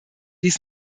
dies